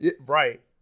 Right